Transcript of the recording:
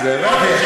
לא.